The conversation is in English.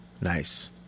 Nice